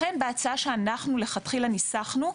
לכן בהצעה שאנו לכתחילה ניסחנו,